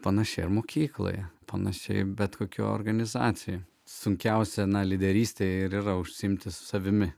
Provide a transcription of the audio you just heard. panaši ar mokykloje panašiai bet kokioje organizacijoje sunkiausia ana lyderystė ir yra užsiimti su savimi